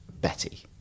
Betty